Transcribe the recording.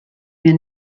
mir